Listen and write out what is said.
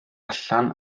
allan